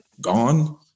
gone